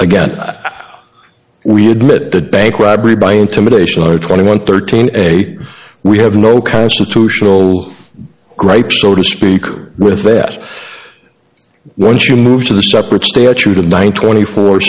that we admit the bank robbery by intimidation our twenty one thirteen eight we have no constitutional gripes so to speak with their once you move to the separate statute of nine twenty four